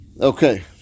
Okay